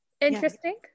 Interesting